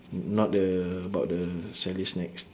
not the about the sally's snacks